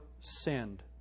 sinned